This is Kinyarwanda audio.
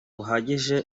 buhagije